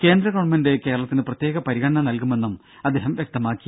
കേന്ദ്ര ഗവൺമെന്റ് കേരളത്തിന് പ്രത്യേക പരിഗണന നൽകുമെന്നും അദ്ദേഹം വ്യക്തമാക്കി